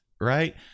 right